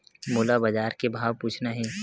मोला बजार के भाव पूछना हे?